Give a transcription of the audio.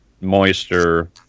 moisture